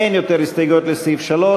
אין עוד ההסתייגויות לסעיף 3,